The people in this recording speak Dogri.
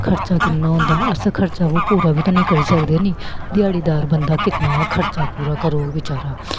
खर्चा किन्ना होंदा अस खर्चा ओह् पूरा बी ते निं करी सकदे नी ध्याड़ीदार बंदा कितना खर्चा पूरा कर बचारा